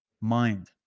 mind